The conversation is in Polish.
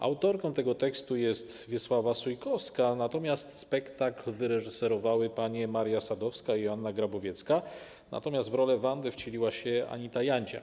Autorką tego tekstu jest Wiesława Sujkowska, spektakl wyreżyserowały panie Maria Sadowska i Joanna Grabowiecka, natomiast w rolę Wandy wcieliła się Anita Jancia.